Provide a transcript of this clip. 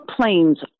planes